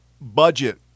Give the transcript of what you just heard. budget